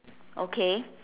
okay